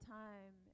time